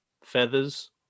feathers